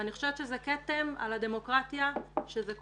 ואני חושבת שזה כתם על הדמוקרטיה שזה קורה.